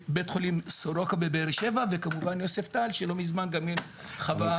בית חולים סורוקה בבאר שבע וכמובן יוספטל שלא מזמן גם חווה רעידת אדמה.